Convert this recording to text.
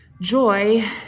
joy